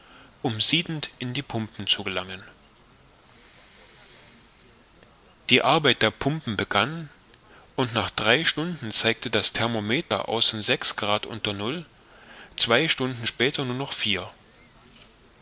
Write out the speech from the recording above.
um siedend in die pumpen zu gelangen die arbeit der pumpen begann und nach drei stunden zeigte das thermometer außen sechs grad unter null zwei stunden später nur noch vier